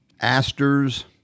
asters